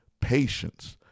patience